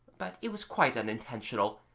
but it was quite unintentional,